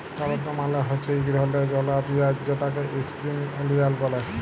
shallot মালে হছে ইক ধরলের ছলা পিয়াঁইজ যেটাকে ইস্প্রিং অলিয়াল ব্যলে